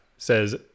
says